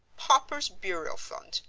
paupers' burial fund,